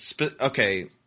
Okay